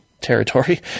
territory